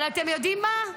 אבל אתם יודעים מה?